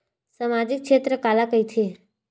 सामजिक क्षेत्र काला कइथे?